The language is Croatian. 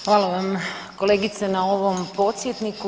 Hvala vam kolegice na ovom podsjetniku.